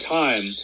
time